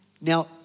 Now